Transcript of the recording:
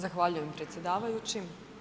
Zahvaljujem predsjedavajući.